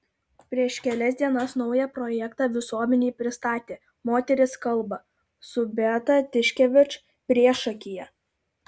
prieš kelias dienas naują projektą visuomenei pristatė moterys kalba su beata tiškevič priešakyje